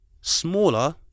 smaller